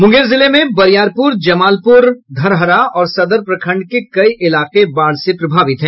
मुंगेर जिले में बरियारपुर जमालपुर धरहरा और सदर प्रखंड के कई इलाके बाढ़ से प्रभावित हैं